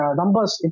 numbers